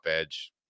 edge